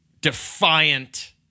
defiant